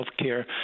healthcare